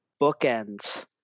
bookends